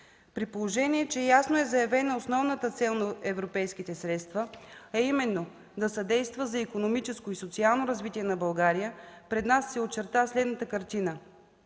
При положение, че ясно е заявена основната цел на европейските средства, а именно – да съдейства за икономическо и социално развитие на България, пред нас се очерта следната картина: